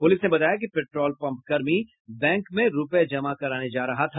police ने बताया कि पेट्रोल पंप कर्मी बैंक में रूपये जमा कराने जा रहा था